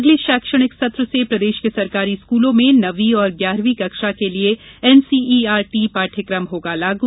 अगले शैक्षणिक सत्र से प्रदेश के सरकारी स्कूलों में नवीं और ग्यारहवीं कक्षा के लिए एनसीईआरटी पाठ्यक्रम होगा लागू